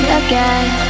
again